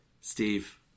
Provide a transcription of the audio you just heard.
Steve